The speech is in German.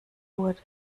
wurde